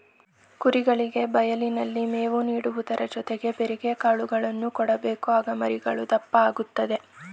ಕುರಿಗಳಿಗೆ ಬಯಲಿನಲ್ಲಿ ಮೇವು ನೀಡುವುದರ ಜೊತೆಗೆ ಬೆರೆಕೆ ಕಾಳುಗಳನ್ನು ಕೊಡಬೇಕು ಆಗ ಮರಿಗಳು ದಪ್ಪ ಆಗುತ್ತದೆ